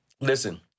listen